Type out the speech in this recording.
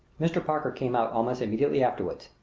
mr. parker came out almost immediately afterward.